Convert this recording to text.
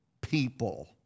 people